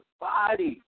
body